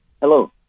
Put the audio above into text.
Hello